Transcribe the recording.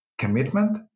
Commitment